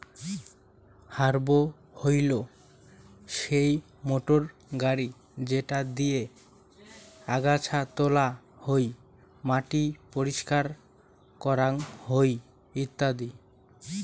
harrow হইলো সেই মোটর গাড়ি যেটা দিয়ে আগাছা তোলা হই, মাটি পরিষ্কার করাং হই ইত্যাদি